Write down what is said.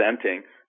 presenting